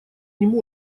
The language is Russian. ним